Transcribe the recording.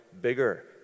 bigger